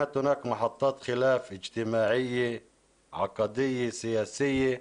היו מחלוקות בהיבט החברתי, האידיאולוגי והפוליטי.